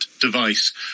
device